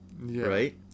right